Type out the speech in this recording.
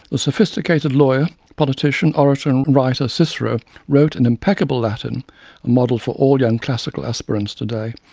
the sophisticated lawyer, politician, orator and writer cicero wrote, in impeccable latin, a model for all young classical aspirants today,